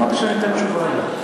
אמרתי שאתן תשובה עליה.